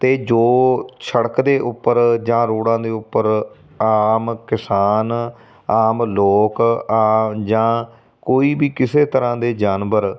ਅਤੇ ਜੋ ਸੜਕ ਦੇ ਉੱਪਰ ਜਾਂ ਰੋਡਾਂ ਦੇ ਉੱਪਰ ਆਮ ਕਿਸਾਨ ਆਮ ਲੋਕ ਆ ਜਾਂ ਕੋਈ ਵੀ ਕਿਸੇ ਤਰ੍ਹਾਂ ਦੇ ਜਾਨਵਰ